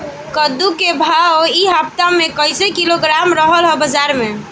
कद्दू के भाव इ हफ्ता मे कइसे किलोग्राम रहल ह बाज़ार मे?